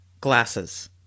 glasses